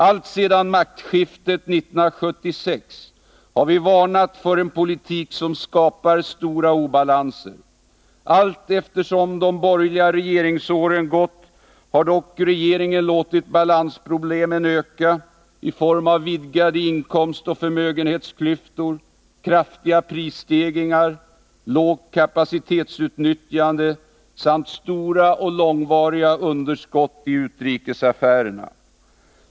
Alltsedan maktskiftet 1976 har vi varnat för en politik som skapar stora obalanser. Allteftersom de borgerliga regeringsåren gått har dock regeringen låtit balansproblemen öka i form av vidgade inkomstoch förmögenhetsklyftor, kraftiga prisstegringar, lågt kapacitetsutnyttjande samt stora och långvariga underskott i utrikesaffärerna.